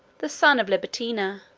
the son of libertina,